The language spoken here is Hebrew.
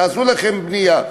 תעשו לכם בנייה,